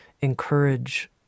encourage